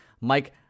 Mike